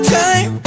time